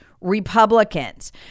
Republicans